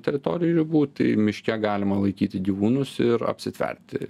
teritorijų ribų tai miške galima laikyti gyvūnus ir apsitverti